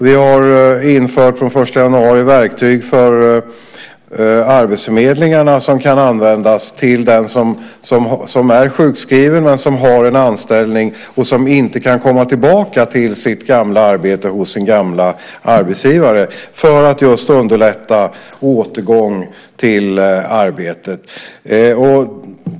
Vi har från den 1 januari infört verktyg för arbetsförmedlingarna som kan användas till den som är sjukskriven men som har en anställning och som inte kan komma tillbaka till sitt gamla arbete och sin gamla arbetsgivare - just för att underlätta återgång till arbetet.